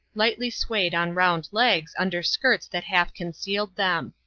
lightly swayed on rounded legs under skirts that half concealed them.